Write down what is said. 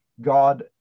God